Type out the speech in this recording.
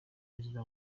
perezida